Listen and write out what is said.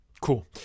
Cool